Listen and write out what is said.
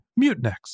Mutinex